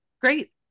great